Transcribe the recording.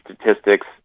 statistics